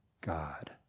God